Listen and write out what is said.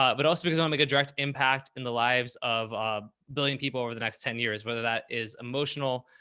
ah but also because i make a direct impact in the lives of others. ah billion people over the next ten years, whether that is emotional,